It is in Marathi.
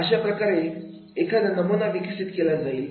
अशाप्रकारे एखादा नमुना विकसित केला जाईल